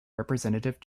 representative